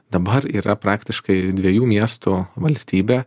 dabar yra praktiškai dviejų miestų valstybė